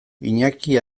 iñaki